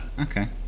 Okay